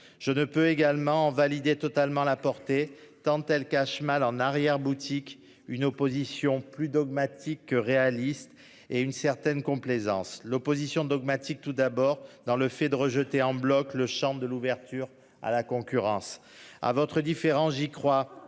Je ne peux également validé totalement la portée tant elle cache mal en arrière boutique une opposition plus dogmatique que réaliste et une certaine complaisance l'opposition dogmatique. Tout d'abord dans le fait de rejeter en bloc le Champ de l'ouverture à la concurrence à votre différent j'y crois